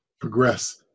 progress